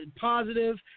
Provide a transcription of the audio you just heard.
positive